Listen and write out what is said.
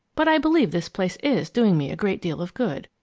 but i believe this place is doing me a great deal of good.